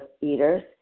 eaters